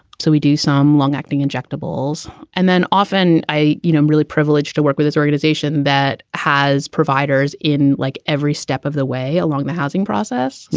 so we do some long acting injectables. and then often i you know, i'm really privileged to work with an organization that has providers in like every step of the way along the housing process. you